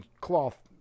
cloth